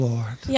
Lord